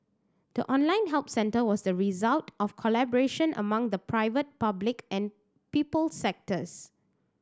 the online help centre was the result of collaboration among the private public and people sectors